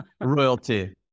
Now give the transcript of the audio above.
royalty